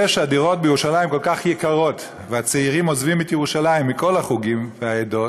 זה שהדירות בירושלים כל כך יקרות והצעירים מכל החוגים והעדות